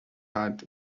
heart